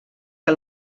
que